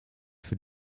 für